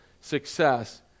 success